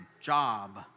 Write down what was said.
job